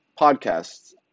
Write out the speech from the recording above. podcasts